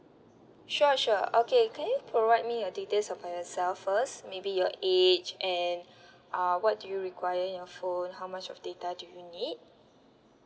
sure sure okay can you provide me your details about yourself first maybe your age and uh what do you require in your phone how much of data do you need